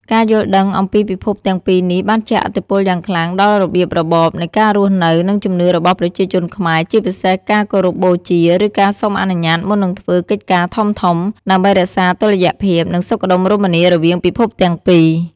ការយល់ដឹងអំពីពិភពទាំងពីរនេះបានជះឥទ្ធិពលយ៉ាងខ្លាំងដល់របៀបរបបនៃការរស់នៅ និងជំនឿរបស់ប្រជាជនខ្មែរ ជាពិសេសការគោរពបូជា ឬការសុំអនុញ្ញាតមុននឹងធ្វើកិច្ចការធំៗ ដើម្បីរក្សាតុល្យភាព និងសុខដុមរមនារវាងពិភពទាំងពីរ។